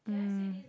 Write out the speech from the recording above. mm